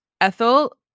Ethel